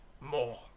More